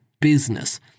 business